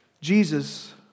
Jesus